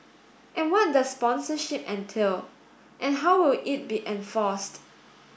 and what does sponsorship entail and how will it be enforced